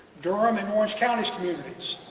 durham and orange county's communities,